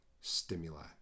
stimuli